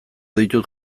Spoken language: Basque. ditut